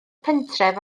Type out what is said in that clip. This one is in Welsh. pentref